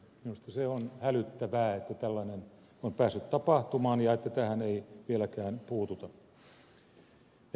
minusta se on hälyttävää että tällainen on päässyt tapahtumaan ja että tähän ei vieläkään puututa